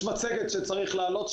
יש לי מצגת שצריך להעלות.